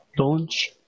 launch